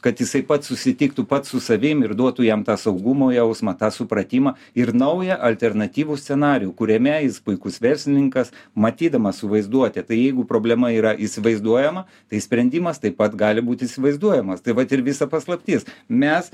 kad jisai pats susitiktų pats su savim ir duotų jam tą saugumo jausmą tą supratimą ir naują alternatyvų scenarijų kuriame jis puikus verslininkas matydamas su vaizduote tai jeigu problema yra įsivaizduojama tai sprendimas taip pat gali būt įsivaizduojamas tai vat ir visa paslaptis mes